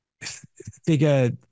figure